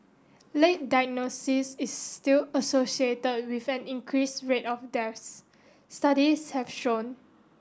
late diagnosis is still associated with an increase rate of deaths studies have shown